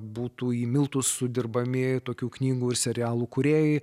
būtų į miltus sudirbami tokių knygų ir serialų kūrėjai